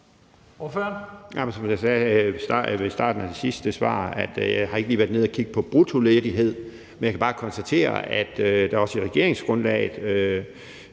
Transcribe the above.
Frandsen (M): Som jeg sagde i starten af det sidste svar, har jeg ikke lige været nede at kigge på bruttoledighed, men jeg kan bare konstatere, at der også i regeringsgrundlaget